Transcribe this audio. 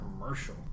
commercial